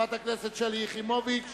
שלי יחימוביץ,